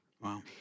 Wow